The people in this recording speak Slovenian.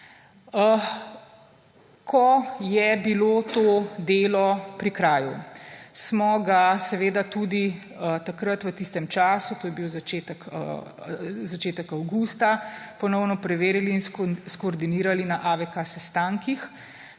Ko je bilo to delo pri kraju, smo ga seveda tudi takrat v tistem času, to je bil začetek avgusta, ponovno preverili in skoordinirali na AVK sestankih,